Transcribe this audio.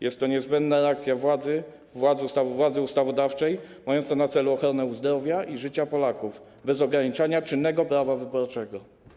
Jest to niezbędna reakcja władzy ustawodawczej mająca na celu ochronę zdrowia i życia Polaków bez ograniczania czynnego prawa wyborczego.